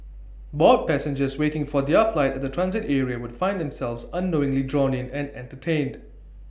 bored passengers waiting for their flight at the transit area would find themselves unknowingly drawn in and entertained